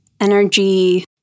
energy